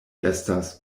estas